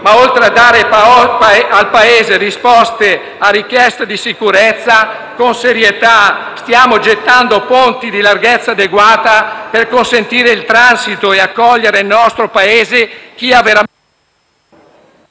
ma, oltre a dare al Paese risposte a richieste di sicurezza, con serietà stiamo gettando ponti di larghezza adeguata per consentire il transito e accogliere nel nostro Paese chi ha veramente